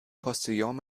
postillon